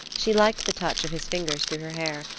she liked the touch of his fingers through her hair,